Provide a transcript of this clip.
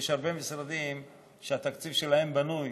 יש הרבה משרדים שהתקציב שלהם בנוי,